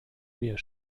mir